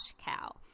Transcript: cow